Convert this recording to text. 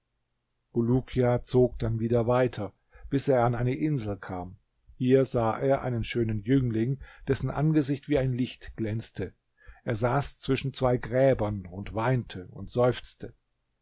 bulukia zog dann wieder weiter bis er an eine insel kam hier sah er einen schönen jüngling dessen angesicht wie ein licht glänzte er saß zwischen zwei gräbern und weinte und seufzte